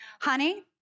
Honey